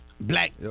black